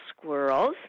squirrels